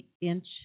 inch